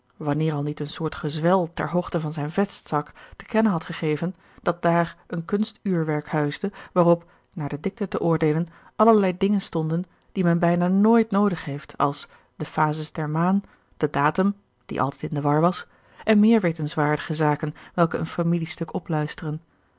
wanneer al niet een soort gezwel ter hoogte van zijn vestzak te kennen had gegeven dat daar een kunstuurwerk huisde waarop naar de dikte te oordeelen allerlei dingen stonden die men bijna nooit noodig heeft als de phases der maan de datum die altijd in de war was en meer wetenswaardige zaken welke een familiestuk opluisteren